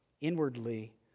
inwardly